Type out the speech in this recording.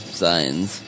signs